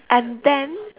and then